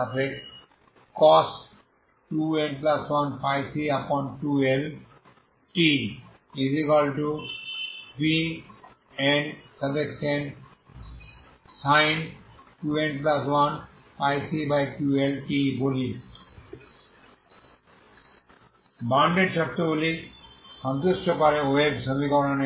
Ancos 2n1πc2L tBnsin 2n1πc2L tবলি boundary শর্তগুলি সন্তুষ্ট করে ওয়েভ সমীকরণের